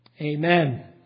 Amen